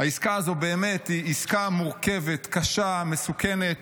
העסקה הזו היא באמת עסקה מורכבת, קשה, מסוכנת.